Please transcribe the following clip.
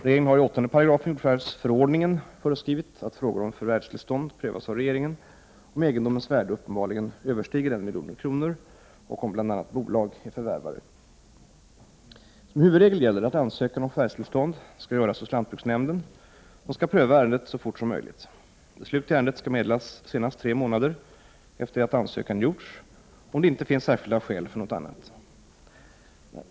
Regeringen har i 8 § jordförvärvsförordningen föreskrivit att frågor om förvärvstillstånd prövas av regeringen om egendomens värde uppenbarligen överstiger 1 milj.kr. och om bl.a. bolag är förvärvare. Som huvudregel gäller att ansökan om förvärvstillstånd skall göras hos lantbruksnämnden, som skall pröva ärendet så fort som möjligt. Beslut i ärendet skall meddelas senast tre månader efter det att ansökan gjorts, om det inte finns särskilda skäl för något annat.